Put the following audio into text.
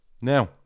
Now